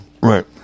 Right